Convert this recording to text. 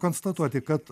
konstatuoti kad